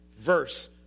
verse